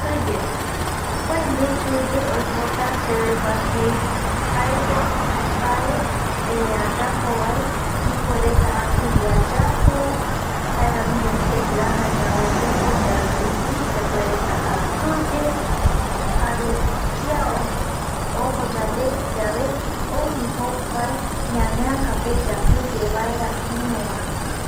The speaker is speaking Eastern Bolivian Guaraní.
Kɨye kua ñe kɨye oipota sevegua jei jaeko mbae ayapovae ipuereta akɨye ayapo jaeramiñovi ketɨ aja yave pɨtuyae rupi sepuereta akɨye jare kia ojo yandegui yave ouvi jokuae ñaneäkape yakɨye vaera ïruva